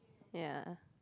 ya